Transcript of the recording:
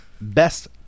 best